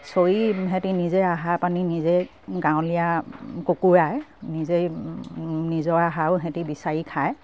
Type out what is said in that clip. চৰি সেহঁতি নিজে আহাৰ পানী নিজেই গাঁৱলীয়া কুকুৰাই নিজেই নিজৰ আহাৰো সেহঁতি বিচাৰি খায়